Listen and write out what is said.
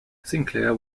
sinclair